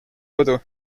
kodu